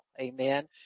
Amen